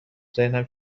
ذهنم